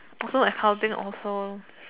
also as housing also